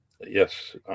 yes